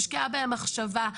הושקעה בהן מחשבה,